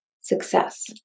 success